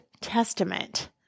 Testament